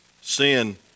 sin